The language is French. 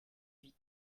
huit